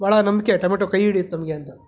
ಬಹಳ ನಂಬಿಕೆ ಟೊಮೆಟೋ ಕೈ ಹಿಡಿಯುತ್ತೆ ನಮಗೆ ಅಂತ